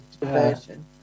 version